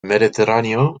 mediterráneo